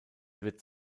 wird